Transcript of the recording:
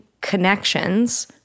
connections